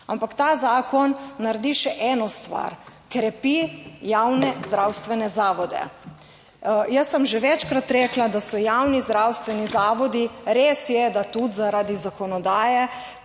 Ampak ta zakon naredi še eno stvar - krepi javne zdravstvene zavode. Jaz sem že večkrat rekla, da so javni zdravstveni zavodi, res je, da tudi zaradi zakonodaje,